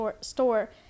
store